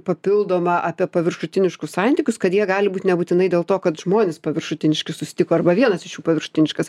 papildomą apie paviršutiniškus santykius kad jie gali būt nebūtinai dėl to kad žmonės paviršutiniški susitiko arba vienas iš jų paviršutiniškas